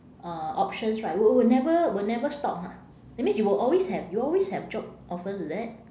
uh options right will will never will never stop ha that means you will always have you always have job offers is it